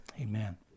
Amen